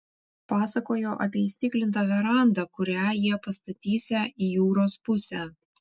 pasakojo apie įstiklintą verandą kurią jie pastatysią į jūros pusę